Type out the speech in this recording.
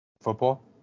Football